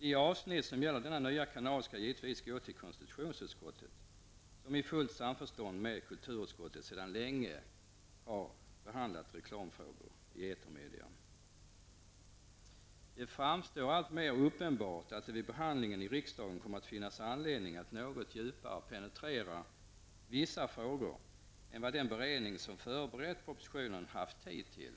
De avsnitt som gäller denna nya kanal skall givetvis gå till konstitutionsutskottet, som i fullt samförstånd med kulturutskottet sedan länge har behandlat reklamfrågor i etermedia. Det framstår som alltmer uppenbart att det vid behandlingen i riksdagen kommer att finnas anledning att något djupare penetrera vissa frågor än vad den beredning som förberett propositionen har haft tid till.